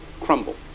crumble